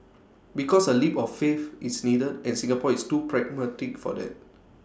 because A leap of faith is needed and Singapore is too pragmatic for that